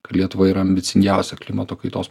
kad lietuva yra ambicingiausia klimato kaitos